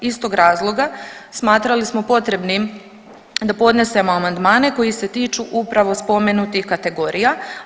Iz tog razloga smatrali smo potrebnim da podnesemo amandmane koji se tiču upravo spomenutih kategorija.